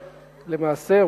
למעשה,